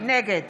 נגד